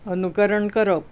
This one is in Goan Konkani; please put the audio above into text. अनुकरण करप